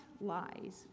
lies